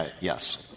yes